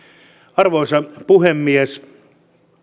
arvoisa puhemies